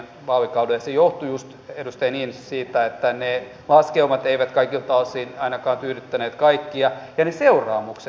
se johtui just edustaja niinistö siitä että ne laskelmat eivät kaikilta osin ainakaan tyydyttäneet kaikkia eivätkä ne seuraamukset